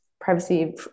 privacy